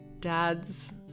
dads